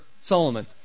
solomon